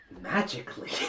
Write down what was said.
magically